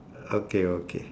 okay okay